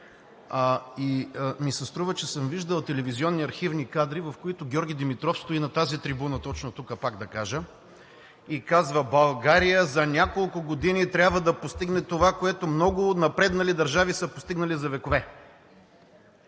и ми се струва, че съм виждал телевизионни архивни кадри, в които Георги Димитров стои на тази трибуна точно тук и казва: „България за няколко години трябва да постигне това, което много напреднали държави са постигнали за векове.“